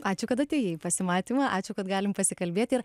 ačiū kad atėjai į pasimatymą ačiū kad galim pasikalbėti ir